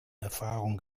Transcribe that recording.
erfahrung